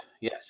yes